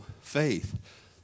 faith